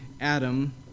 Adam